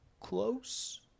Close